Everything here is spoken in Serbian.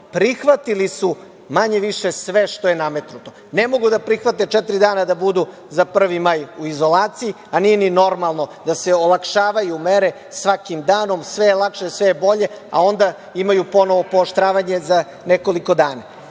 prihvatili su manje-više sve što je nametnuto. Ne mogu da prihvate četiri dana da budu za 1. maj u izolaciji, a nije ni normalno da se olakšavaju mere svakim danom sve je lakše, sve je bolje, a onda imaju ponovo pooštravanje za nekoliko dana. Ono